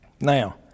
Now